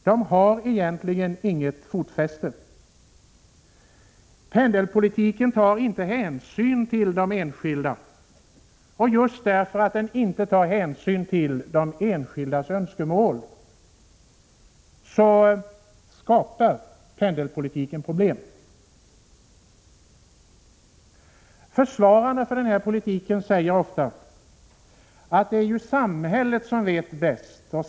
De har egentligen inte haft något fotfäste. Pendelpolitiken tar inte hänsyn till de enskilda. Just därför att den inte tar hänsyn till de enskildas önskemål skapar pendelpolitiken problem. Försvararna av denna politik säger ofta att det är samhället som vet bäst.